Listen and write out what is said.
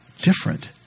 different